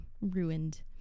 ruined